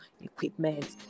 equipment